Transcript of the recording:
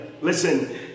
Listen